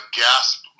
gasp